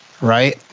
Right